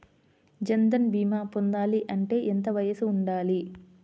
జన్ధన్ భీమా పొందాలి అంటే ఎంత వయసు ఉండాలి?